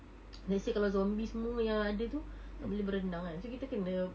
let's say kalau zombie semua yang ada tu tak boleh berenang kan so kita kena